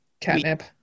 catnip